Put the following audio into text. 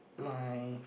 my